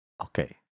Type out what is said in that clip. Okay